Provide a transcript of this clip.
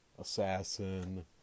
assassin